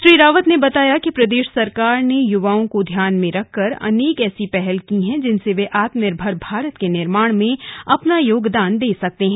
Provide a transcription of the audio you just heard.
श्री रावत ने बताया कि प्रदेश सरकार ने युवाओं को ध्यान में रखकर अनेक ऐसी पहल की है जिससे वे आत्मनिर्भर भारत के निर्माण में अपना योगदान दे सकते है